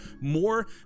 more